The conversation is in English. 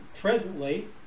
presently